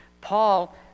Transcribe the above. Paul